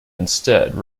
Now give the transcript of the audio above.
instead